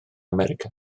america